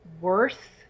worth